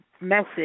Message